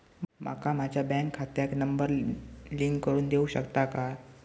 माका माझ्या बँक खात्याक नंबर लिंक करून देऊ शकता काय?